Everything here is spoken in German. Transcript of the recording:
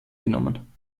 genommen